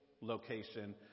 location